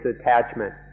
attachment